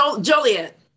Joliet